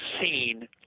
seen